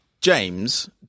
James